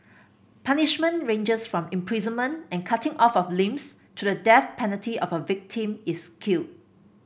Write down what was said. punishment ranges from imprisonment and cutting off of limbs to the death penalty of a victim is killed